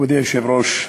מכובדי היושב-ראש,